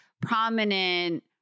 prominent